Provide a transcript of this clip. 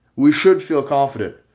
we should feel confident.